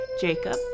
Jacob